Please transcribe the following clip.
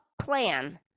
plan